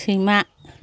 सैमा